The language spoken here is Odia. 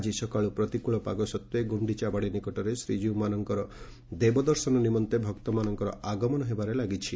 ଆଳି ସକାଳୁ ପ୍ରତିକୂଳ ପାଗ ସତ୍ତ୍ ଗୁଖିଚାବାଡ଼ି ନିକଟରେ ଶ୍ରୀଜୀଉମାନଙ୍ଙ୍ ଦେବଦର୍ଶନ ନିମନ୍ତେ ଭକ୍ତମାନଙ୍କର ଆଗମନ ହେବାରେ ଲାଗିଛି